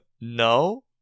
No